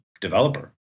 developer